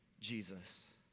Jesus